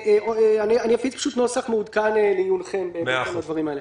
אני אפיץ נוסח מעודכן לעיונכם בהתאם לדברים האלה.